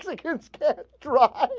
like against dropped